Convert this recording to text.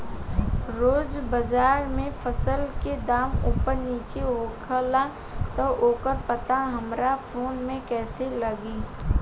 रोज़ बाज़ार मे फसल के दाम ऊपर नीचे होखेला त ओकर पता हमरा फोन मे कैसे लागी?